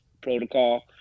protocol